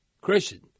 Christian